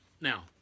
Now